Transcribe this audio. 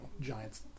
giants